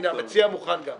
הנה, המציע מוכן גם.